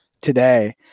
today